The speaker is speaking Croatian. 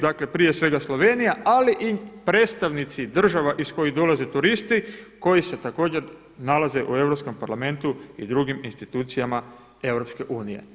Dakle prije svega Slovenija ali i predstavnici država iz kojih dolaze turisti koji se također nalaze u Europskom parlamentu i drugim institucijama EU.